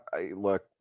Look